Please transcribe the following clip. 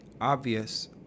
obvious